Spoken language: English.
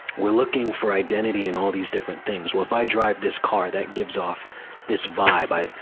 we're looking for identity in all these different things. well, if i drive this car, that gives off this vibe. i,